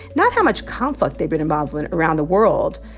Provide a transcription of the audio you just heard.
not how much conflict they've been involved in around the world.